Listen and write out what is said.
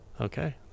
okay